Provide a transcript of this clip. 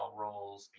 roles